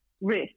risk